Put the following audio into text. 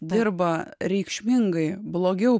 dirba reikšmingai blogiau